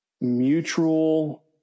mutual